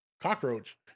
cockroach